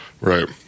Right